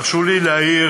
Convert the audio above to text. תרשו לי להעיר,